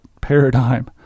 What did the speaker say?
paradigm